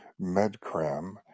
MedCram